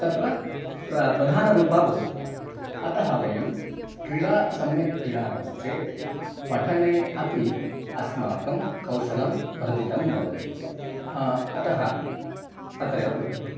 तत्र प्र प्रधानरूपं भवति अतः वयं क्रीडां सम्यक् क्रीडामश्चेत् पठने अपि अस्माकं कौशलं वर्धितं भवति अतः अत्रैव विरमामि